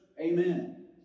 Amen